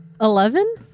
Eleven